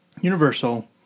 Universal